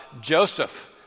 Joseph